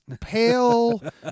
pale